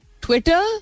Twitter